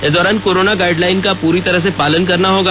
इस दौरान corona guideline का पूरी तरह से पालन करना होगा